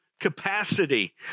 capacity